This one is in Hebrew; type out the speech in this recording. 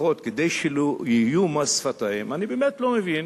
לפחות כדי שלא יהיו מס שפתיים, אני באמת לא מבין